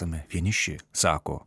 tame vieniši sako